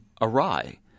awry